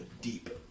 deep